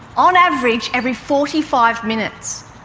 on average every forty five minutes,